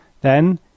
Then